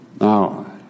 Now